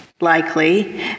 likely